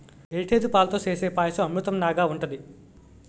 Heritage పాలతో సేసే పాయసం అమృతంనాగ ఉంటది